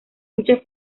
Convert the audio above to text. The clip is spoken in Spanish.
muchas